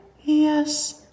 Yes